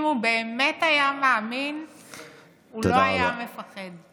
אם הוא באמת היה מאמין, הוא לא היה מפחד.